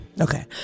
Okay